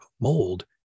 mold